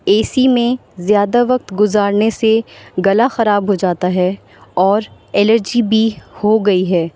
اے C میں زیادہ وقت گزارنے سے گلا خراب ہو جاتا ہے اور الرجی بھی ہو گئی ہے